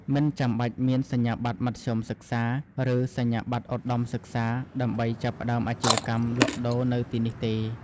មិនចាំបាច់មានសញ្ញាបត្រមធ្យមសិក្សា ឬសញ្ញាបត្រឧត្ដមសិក្សាដើម្បីចាប់ផ្តើមអាជីវកម្មលក់ដូរនៅទីនេះទេ។